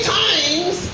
times